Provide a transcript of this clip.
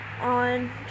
on